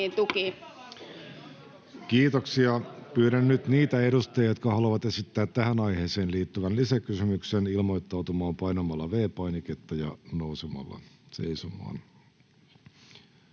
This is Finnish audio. Kiitoksia. — Pyydän nyt niitä edustajia, jotka haluavat esittää tähän aiheeseen liittyvän lisäkysymyksen, ilmoittautumaan painamalla V-painiketta ja nousemalla seisomaan.